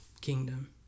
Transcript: kingdom